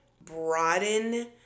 broaden